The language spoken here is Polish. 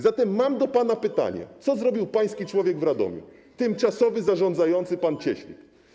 Zatem mam do pana pytanie: Co zrobił pański człowiek w Radomiu, tymczasowy zarządzający pan Cieślik?